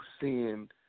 seeing